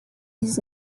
his